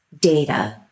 data